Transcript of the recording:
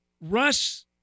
Russ